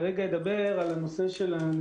בעיקרון אני רוצה לדבר על נושא המסע